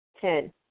Ten